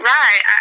right